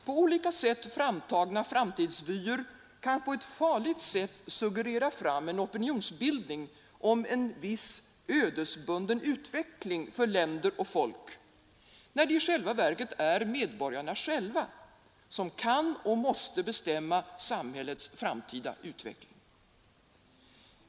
På olika sätt framtagna framtidsvyer kan på ett farligt sätt suggerera fram en opinionsbildning om en viss ödesbunden utveckling för länder och folk, när det i själva verket är medborgarna själva som kan och måste bestämma samhällets framtida utveckling.